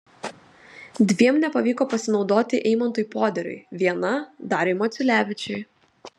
dviem nepavyko pasinaudoti eimantui poderiui viena dariui maciulevičiui